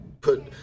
put